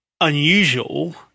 unusual